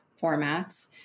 formats